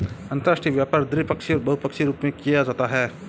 अंतर्राष्ट्रीय व्यापार द्विपक्षीय और बहुपक्षीय रूप में किया जाता है